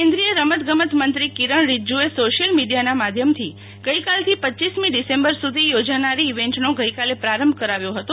કેન્દ્રીય રમતગમત મંત્રી કિરણ રિશ્રજુજીએ સોશિયલ મીડિયાના માધ્યમથી ગઈકાલથી રપમી ડિસેમ્બર સુ ધી યોજાનારી ઈવેન્ઝો ગઈકાલે પ્રારંભ કરાવ્યો હતો